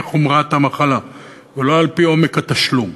חומרת המחלה ולא על-פי עומק התשלום.